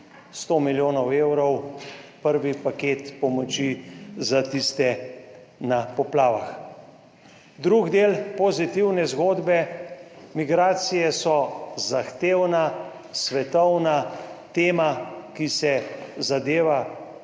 100 milijonov evrov prvi paket pomoči za tiste na poplavah. Drug del pozitivne zgodbe. Migracije so zahtevna svetovna tema, ki se zadeva